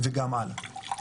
וגם הלאה.